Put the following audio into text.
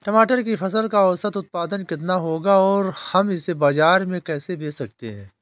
टमाटर की फसल का औसत उत्पादन कितना होगा और हम इसे बाजार में कैसे बेच सकते हैं?